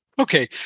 Okay